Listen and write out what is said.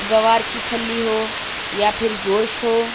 گوار کی پھلّی ہو یا پھر گوشت ہو